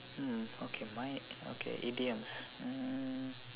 hmm okay mine okay idioms mm